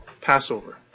Passover